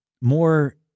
more